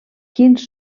quins